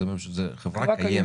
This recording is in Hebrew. זה חברה קיימת.